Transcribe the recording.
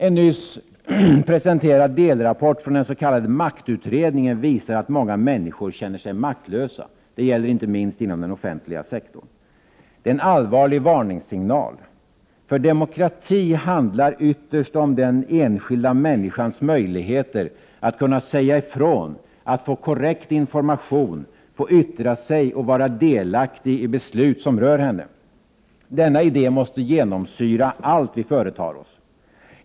En nyss presenterad delrapport från den s.k. maktutredningen visar att många människor känner sig maktlösa. Det gäller inte minst inom den offentliga sektorn. Detta är en allvarlig varningssignal. För demokrati handlar ytterst om den enskilda människans möjligheter att kunna säga ifrån, att få korrekt information, få yttra sig och vara delaktig i beslut som rör henne. Denna idé måste genomsyra allt som vi företar oss.